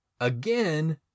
Again